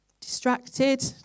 Distracted